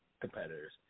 competitors